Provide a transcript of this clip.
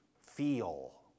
feel